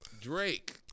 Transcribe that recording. Drake